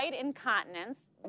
incontinence